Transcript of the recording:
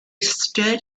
stood